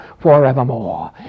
forevermore